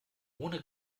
ohne